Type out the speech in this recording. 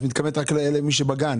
את מדברת רק על גני ילדים.